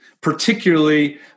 particularly